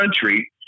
country